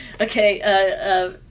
Okay